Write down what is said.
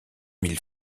mille